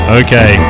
okay